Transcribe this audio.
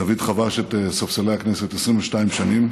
דוד חבש את ספסלי הכנסת 22 שנים,